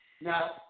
Now